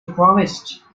promised